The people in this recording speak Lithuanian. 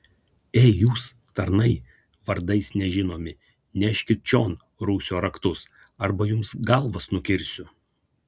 ei jūs tarnai vardais nežinomi neškit čion rūsio raktus arba jums galvas nukirsiu